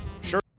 Sure